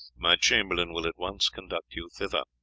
my chamberlain will at once conduct you thither.